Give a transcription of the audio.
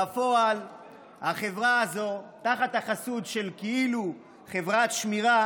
בפועל החברה הזאת, תחת החסות של כאילו חברת שמירה,